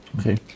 okay